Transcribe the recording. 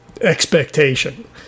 expectation